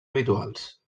habituals